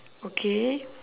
okay